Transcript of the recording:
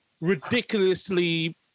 ridiculously